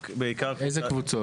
אוקיי.